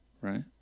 right